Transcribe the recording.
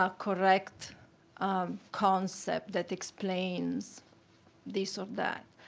ah correct um concept that explains this or that.